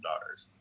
daughters